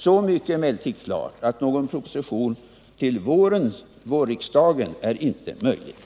Så mycket är emellertid klart att det inte är möjligt att framlägga någon proposition till vårriksdagen.